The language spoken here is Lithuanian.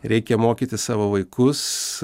reikia mokyti savo vaikus